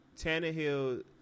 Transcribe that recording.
Tannehill